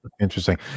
interesting